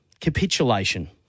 capitulation